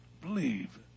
believe